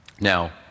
Now